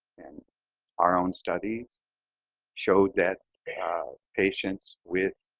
our own studies showed that patients with